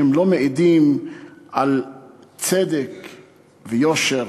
שהם לא מעידים על צדק ויושר,